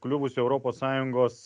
kliuvusi europos sąjungos